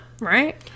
right